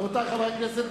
רבותי חברי הכנסת,